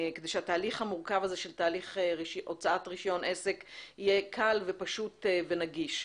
כדי שהתהליך המורכב הזה של תהליך הוצאת רישיון עסק יהיה קל ופשוט ונגיש,